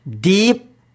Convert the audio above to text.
deep